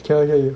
cannot hear you